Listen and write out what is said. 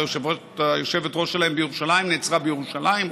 והיושבת-ראש בירושלים נעצרה בירושלים,